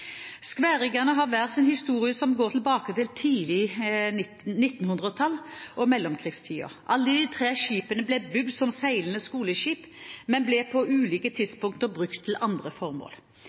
har hver sin historie som går tilbake til tidlig 1900-tall og mellomkrigstiden. Alle de tre skipene ble bygd som seilende skoleskip, men ble på ulike tidspunkt brukt til andre formål.